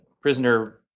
Prisoner